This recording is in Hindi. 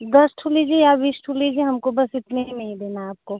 दस ठू लीजिए या बीस ठू लीजिए हमको बस इतने में ही देना है आपको